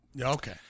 Okay